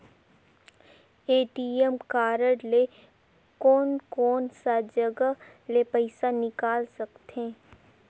ATM card ले कोन कोन सा जगह ले पइसा निकाल सकथे?